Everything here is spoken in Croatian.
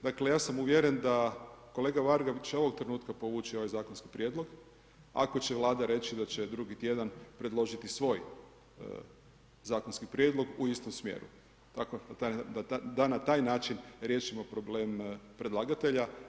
Dakle, ja sam uvjeren da kolega Varga će ovog trenutka povući ovaj zakonski prijedlog ako će Vlada reći da će drugi tjedan predložiti svoj zakonski prijedlog u istom smjeru, da na taj način riješimo problem predlagatelja.